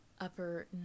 upper